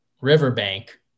riverbank